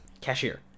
cashier